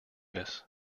this